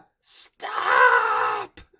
Stop